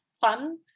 Fun